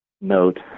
note